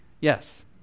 Yes